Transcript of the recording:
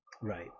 Right